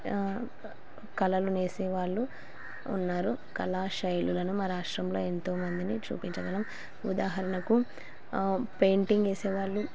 కళలు న వేసేవాళ్ళు ఉన్నారు కళాశైలులను మా రాష్ట్రంలో ఎంతోమందిని చూపించగలం ఉదాహరణకు పెయింటింగ్ వేసేవాళ్ళు